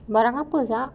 barang apa sia